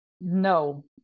No